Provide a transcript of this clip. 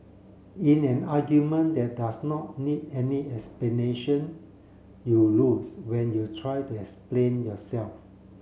in an argument that does not need any explanation you lose when you try to explain yourself